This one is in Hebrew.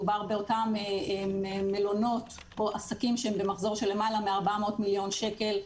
מדובר באותם מלונות או עסקים שהם במחזור של למעלה מ-400 מיליון שקל,